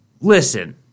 listen